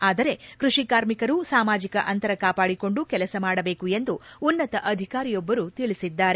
ಆದರೆ ಕೃಷಿ ಕಾರ್ಮಿಕರು ಸಾಮಾಜಿಕ ಅಂತರ ಕಾಪಾಡಿಕೊಂಡು ಕೆಲಸ ಮಾಡಬೇಕು ಎಂದು ಉನ್ನತ ಅಧಿಕಾರಿಯೊಬ್ಲರು ತಿಳಿಸಿದ್ದಾರೆ